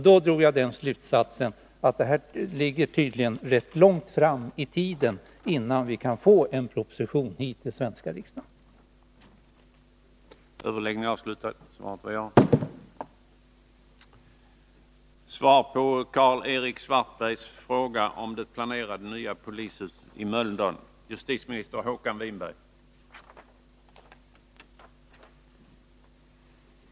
Då drog jag slutsatsen att det Tisdagen den kommer att dröja länge, innan en proposition läggs fram i den svenska 10 februari 1981